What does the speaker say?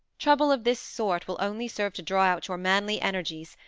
trouble of this sort will only serve to draw out your manly energies,